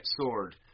sword